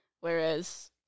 Whereas